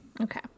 Okay